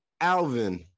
Alvin